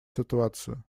ситуацию